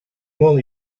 only